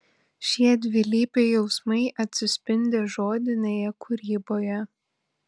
šie dvilypiai jausmai atsispindi žodinėje kūryboje